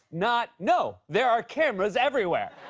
not, no, there are cameras everywhere.